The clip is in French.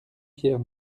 pierre